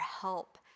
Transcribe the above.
help